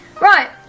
Right